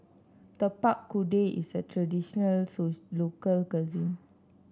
Tapak Kuda is a traditional so local cuisine